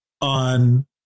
on